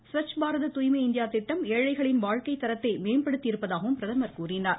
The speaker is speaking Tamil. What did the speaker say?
ஸ்வச் பாரத தூய்மை இந்தியா திட்டம் எழைகளின் வாழ்க்கை தரத்தை மேமப்டுத்தியருப்பதாகவும் பிரதமர் குறிப்பிட்டார்